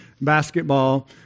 basketball